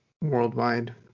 worldwide